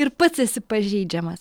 ir pats esi pažeidžiamas